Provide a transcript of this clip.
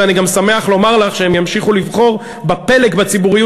ואני גם שמח לומר לך שהם ימשיכו לבחור בפלג בציבוריות